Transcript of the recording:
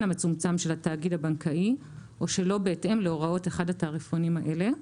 המצומצם של התאגיד הבנקאי או שלא בהתאם להוראות אחד התעריפונים האלה'.